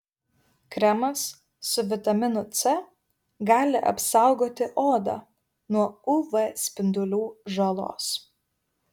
kremas su vitaminu c gali apsaugoti odą nuo uv spindulių žalos